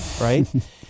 right